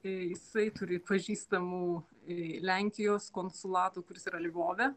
jisai turi pažįstamų i lenkijos konsulato kuris yra lvove